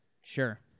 Sure